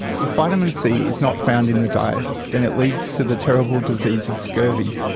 if vitamin c is not found in the diet then it leads to the terrible disease of scurvy.